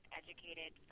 educated